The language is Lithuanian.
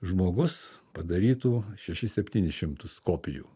žmogus padarytų šešis septynis šimtus kopijų